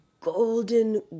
golden